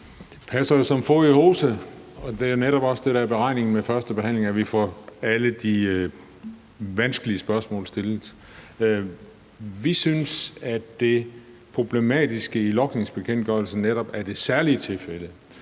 Det passer jo som fod i hose. Det er netop også det, der er meningen med førstebehandlingen: at vi får alle de vanskelige spørgsmål stillet. Vi synes, at det problematiske i logningsbekendtgørelsen netop er det med i særlige tilfælde.